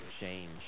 change